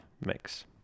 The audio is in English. mix